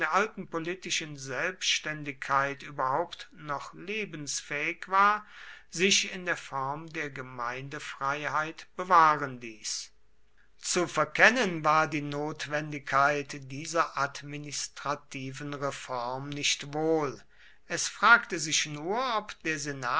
alten politischen selbständigkeit überhaupt noch lebensfähig war sich in der form der gemeindefreiheit bewahren ließ zu verkennen war die notwendigkeit dieser administrativen reform nicht wohl es fragte sich nur ob